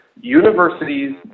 universities